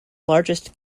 largest